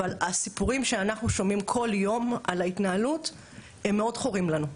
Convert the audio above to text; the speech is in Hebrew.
אבל הסיפורים שאנחנו שומעים כל יום על ההתנהלות הם מאוד חורים לנו.